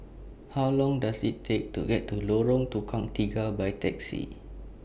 How Long Does IT Take to get to Lorong Tukang Tiga By Taxi